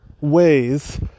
ways